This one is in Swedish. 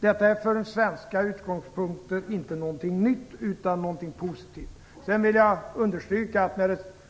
Detta är för svenska utgångspunkter inte någonting nytt utan någonting positivt. Sedan vill jag understryka att det inte